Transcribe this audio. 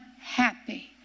happy